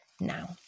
now